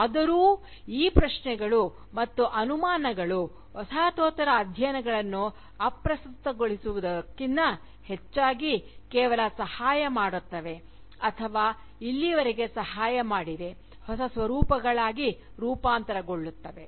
ಆದರೂ ಈ ಪ್ರಶ್ನೆಗಳು ಮತ್ತು ಅನುಮಾನಗಳು ವಸಾಹತೋತ್ತರ ಅಧ್ಯಯನಗಳನ್ನು ಅಪ್ರಸ್ತುತಗೊಳಿಸುವುದಕ್ಕಿಂತ ಹೆಚ್ಚಾಗಿ ಕೇವಲ ಸಹಾಯ ಮಾಡುತ್ತವೆ ಅಥವಾ ಇಲ್ಲಿಯವರೆಗೆ ಸಹಾಯ ಮಾಡಿವೆ ಹೊಸ ಸ್ವರೂಪಗಳಾಗಿ ರೂಪಾಂತರಗೊಳ್ಳುತ್ತವೆ